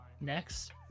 Next